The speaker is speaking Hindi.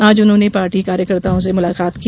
आज उन्होने पार्टी कार्यकर्ताओं से मुलाकात की